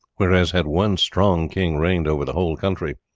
whereas had one strong king reigned over the whole country,